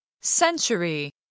Century